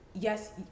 Yes